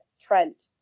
Trent